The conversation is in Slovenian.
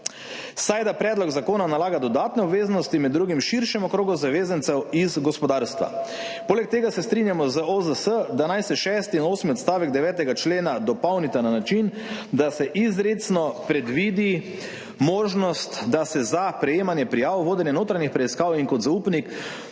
saj da predlog zakona nalaga dodatne obveznosti med drugim širšemu krogu zavezancev iz gospodarstva. Poleg tega se strinjamo z OZS, da naj se šesti in osmi odstavek 9. člena dopolnita na način, da se izrecno predvidi možnost, da se za prejemanje prijav, vodenje notranjih preiskav in kot zaupnik